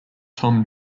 tom